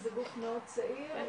זה גוף מאוד צעיר.